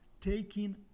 taking